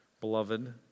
beloved